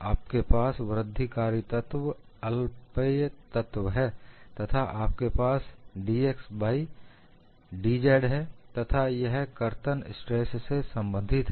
आपके पास वृद्धिकारक तत्व अत्यल्प तत्व है तथा आपके पास "dx dy dz है तथा यह कर्तन स्ट्रेस से संबंधित है